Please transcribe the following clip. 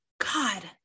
God